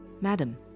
Madam